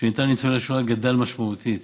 הסיוע שניתן לניצולי שואה גדל משמעותית